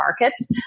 markets